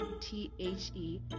T-H-E